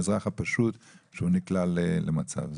האזרח הפשוט שנקלע למצב.